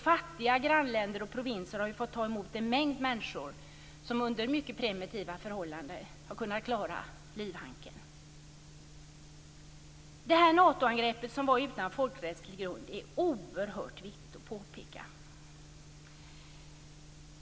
Fattiga grannländer och provinser har fått ta emot en mängd människor som under mycket primitiva förhållanden har försökt klara livhanken. Det är oerhört viktigt att påpeka att Natoangreppet inte stod på folkrättslig grund. Vi anser också att det har skadat FN.